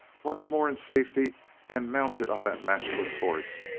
once more in safety and mounted on that matchless horse,